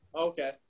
Okay